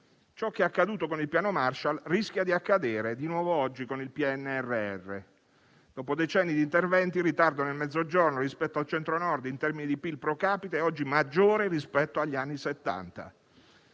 Ciò che è accaduto con il Piano Marshall rischia di accadere di nuovo oggi con il PNRR. Dopo decenni di interventi, il ritardo nel Mezzogiorno rispetto al Centro-Nord, in termini di PIL *pro capite*, è oggi maggiore rispetto agli anni